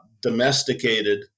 domesticated